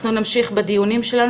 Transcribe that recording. אנחנו נמשיך בדיונים שלנו,